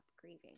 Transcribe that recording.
grieving